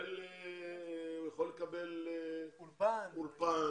הוא יכול לקבל אולפן.